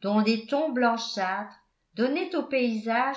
dont les tons blanchâtres donnaient au paysage